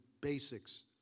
basics